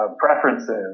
preferences